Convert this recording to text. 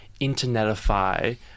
internetify